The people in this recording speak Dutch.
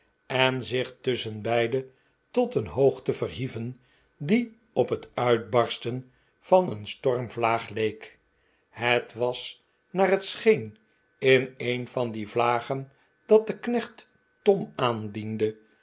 en zich tusschenbeide tot een hoogte verhieven die op het uitbarsten van een stormvlaag leek het was naar het scheen in een van die vlagen dat de knecht tom aandiende